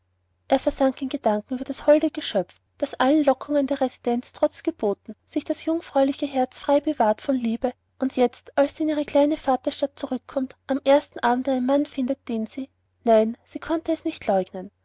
er versank in gedanken über das holde geschöpf das allen lockungen der residenz trotz geboten sich das jungfräuliche herz frei bewahrt von liebe und jetzt als sie in ihre kleine vaterstadt zurückkommt am ersten abend einen mann findet den sie nein sie konnte es nicht leugnen